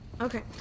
Okay